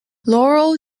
laurel